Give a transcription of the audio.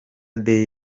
day